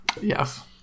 Yes